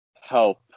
help